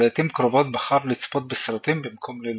ולעיתים קרובות בחר לצפות בסרטים במקום ללמוד.